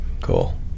Cool